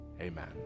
Amen